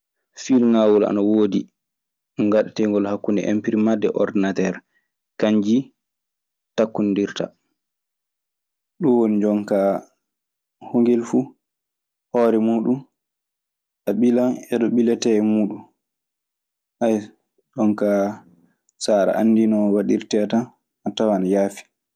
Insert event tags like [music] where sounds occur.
Fiil ngaawol ana woodi ngatteengol hakkunde impirimant e ordinater kanjji takkondirta. Ɗun woni jonkaa, hongel fuu hoore muuɗun. A ɓilan e ɗo ɓiletee e muuɗun. [hesitation] jonkaa so aɗe anndi no waɗirtee tan, a tawan ana yaafi.